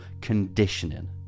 conditioning